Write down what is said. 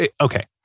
Okay